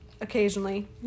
occasionally